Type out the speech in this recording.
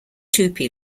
tupi